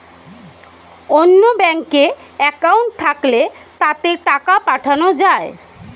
অন্য ব্যাঙ্কে অ্যাকাউন্ট থাকলে তাতে টাকা পাঠানো যায়